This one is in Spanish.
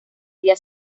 día